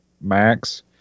max